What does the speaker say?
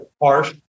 harsh